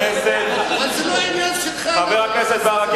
זה לא עניין שלך, חבר הכנסת ברכה.